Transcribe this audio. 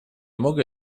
mogą